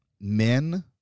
men